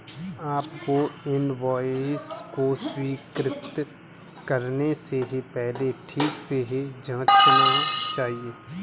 आपको इनवॉइस को स्वीकृत करने से पहले ठीक से जांचना चाहिए